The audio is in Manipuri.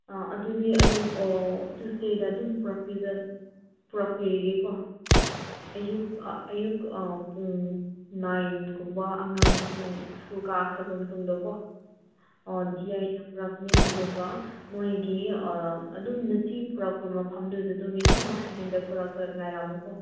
ꯑꯗꯨꯗꯤ ꯑꯗꯨꯃ ꯇ꯭ꯋꯤꯁꯗꯦꯗ ꯑꯗꯨꯝ ꯄꯨꯔꯛꯄꯤꯕ ꯄꯨꯔꯛꯄꯤꯔꯒꯦꯀꯣ ꯑꯌꯨꯛ ꯑꯌꯨꯛ ꯄꯨꯡ ꯅꯥꯏꯟꯒꯨꯝꯕ ꯑꯉꯥꯡꯁꯤꯡ ꯁ꯭ꯀꯨꯜ ꯀꯥꯈ꯭ꯔꯕ ꯃꯇꯨꯡꯗꯀꯣ ꯗꯤ ꯑꯥꯏꯅ ꯄꯨꯔꯛꯀꯅꯤ ꯑꯗꯨꯒ ꯃꯣꯏꯒꯤ ꯑꯗꯨꯝ ꯅꯨꯡꯇꯤꯒꯤ ꯄꯨꯔꯛꯄ ꯃꯐꯝꯗꯨꯗ ꯑꯗꯨꯝ ꯃꯤ ꯂꯣꯏꯅꯃꯛ ꯁꯤꯂꯤꯟꯗꯔ ꯄꯨꯔꯛꯂꯒ ꯉꯥꯏꯔꯝꯃꯨꯀꯣ